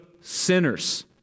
sinners